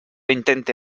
intente